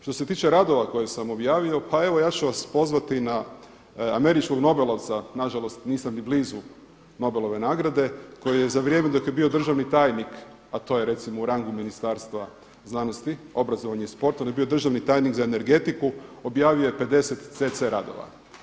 Što se tiče radova koje sam objavio, pa evo ja ću vas pozvati na američkog nobelovca nažalost nisam ni blizu Nobelove nagrade koje je za vrijeme dok je bio državni tajnik, a to je recimo u rangu Ministarstva znanosti, obrazovanja i sporta, on je bio državni tajnik za energetiku, objavio je 50 cc radova.